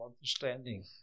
understanding